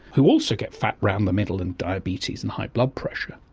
who also get fat around the middle, and diabetes and high blood pressure.